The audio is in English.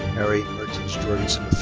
harry mertins jorgensen